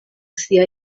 sia